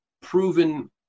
proven